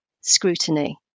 scrutiny